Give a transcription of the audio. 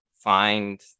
find